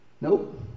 Nope